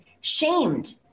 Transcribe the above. shamed